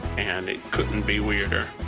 and it couldn't be weirder.